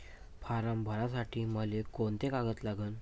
Form भरासाठी मले कोंते कागद लागन?